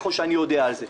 ככל שאני יודע על זה.